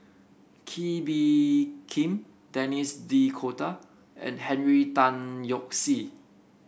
Kee Bee Khim Denis D'Cotta and Henry Tan Yoke See